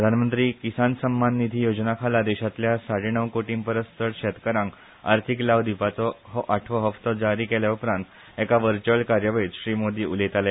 प्रधानमंत्री किसान सन्मान निधी येवजणे खाला देशांतल्या साडे णव कोटी परस चड शेतकारांक अर्थीक लाव दिवपाची आठवो हप्तो जारी केले उपरांत व्हर्चुअल कार्यावळींत मोदी उलयताले